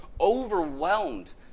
overwhelmed